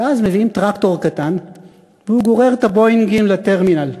ואז מביאים טרקטור קטן והוא גורר את ה"בואינגים" לטרמינל.